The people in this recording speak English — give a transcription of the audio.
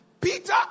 Peter